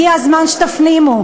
הגיע הזמן שתפנימו,